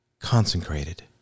consecrated